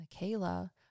Michaela